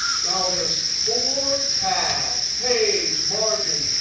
now, there's four tabs page, margin,